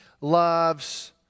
loves